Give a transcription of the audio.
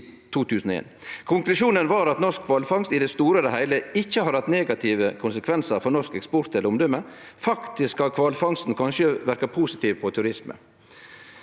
Konklusjonen var at norsk kvalfangst i det store og heile ikkje har hatt negative konsekvensar for norsk eksport eller omdøme. Faktisk har kvalfangsten kanskje verka positivt på turismen.